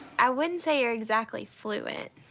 i wouldn't say you're exactly fluent.